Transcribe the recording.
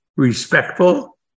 respectful